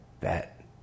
bet